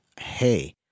hey